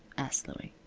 asked louie.